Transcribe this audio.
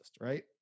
right